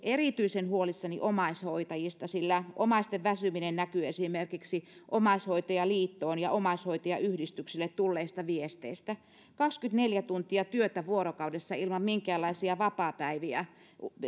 erityisen huolissani omaishoitajista sillä omaisten väsyminen näkyy esimerkiksi omaishoitajaliittoon ja omaishoitajayhdistyksille tulleista viesteistä kaksikymmentäneljä tuntia työtä vuorokaudessa ilman minkäänlaisia vapaapäiviä